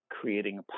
creating